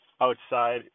outside